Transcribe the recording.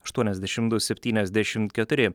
aštuoniasdešim du septyniasdešim keturi